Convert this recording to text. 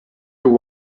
your